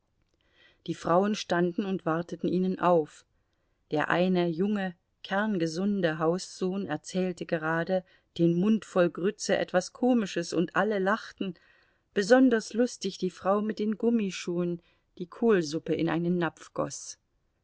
die frauen standen und warteten ihnen auf der eine junge kerngesunde haussohn erzählte gerade den mund voll grütze etwas komisches und alle lachten besonders lustig die frau mit den gummischuhen die kohlsuppe in einen napf goß